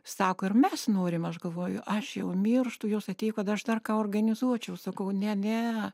sako ir mes norim aš galvoju aš jau mirštu jos atėjo kad aš dar ką organizuočiau sakau ne ne